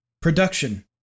Production